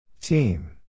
Team